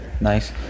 Nice